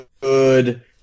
good